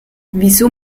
wieso